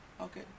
Okay